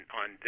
on